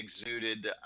exuded